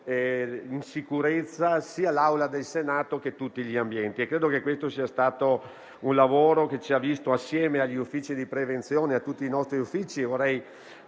Grazie